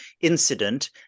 incident